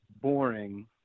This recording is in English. boring